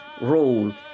role